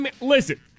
Listen